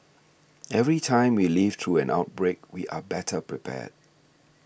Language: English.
every time we live through an outbreak we are better prepared